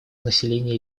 населению